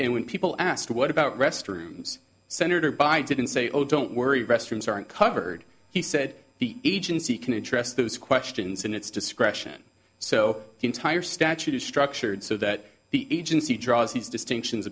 and when people asked what about restrooms senator biden say oh don't worry restrooms aren't covered he said the agency can address those questions in its discretion so the entire statute is structured so that the agency draws these distinctions